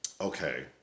okay